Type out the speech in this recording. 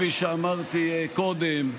כפי שאמרתי קודם,